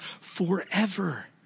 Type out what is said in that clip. forever